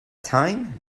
time